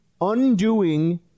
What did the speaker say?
undoing